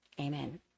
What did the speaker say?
Amen